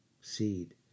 seed